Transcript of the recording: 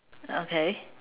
okay